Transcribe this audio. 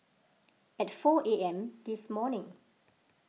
at four A M this morning